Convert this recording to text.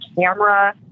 camera